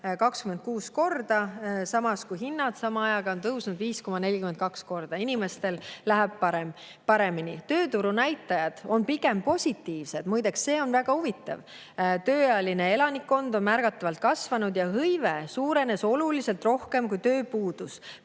26 korda, samas kui hinnad on sama ajaga tõusnud 5,42 korda – inimestel läheb paremini. Tööturu näitajad on pigem positiivsed. Muideks, see on väga huvitav: tööealine elanikkond on märgatavalt kasvanud ja hõive on suurenenud oluliselt rohkem kui tööpuudus.